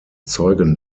zeugen